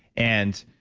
and